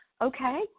Okay